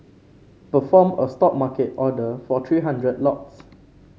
perform a stop market order for three hundred lots